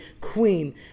queen